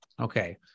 Okay